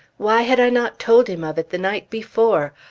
why had i not told him of it the night before?